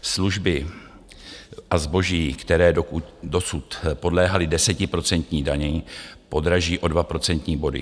Služby a zboží, které dosud podléhaly desetiprocentní dani, podraží o dva procentní body.